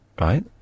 Right